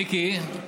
מיקי,